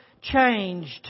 changed